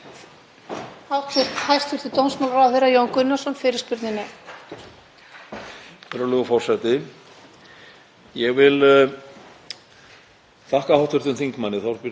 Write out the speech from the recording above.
þakka hv. þm. Þorbjörgu Sigríði Gunnlaugsdóttur fyrir þessa umræðu og ég get alveg tekið undir þá málefnalegu gagnrýni sem hún var